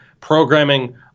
programming